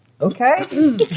Okay